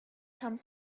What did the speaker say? come